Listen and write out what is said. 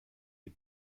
die